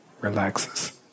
relaxes